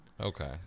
Okay